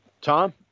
Tom